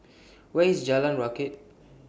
Where IS Jalan Rakit